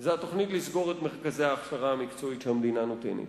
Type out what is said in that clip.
זה התוכנית לסגור את מרכזי ההכשרה המקצועית שהמדינה נותנת.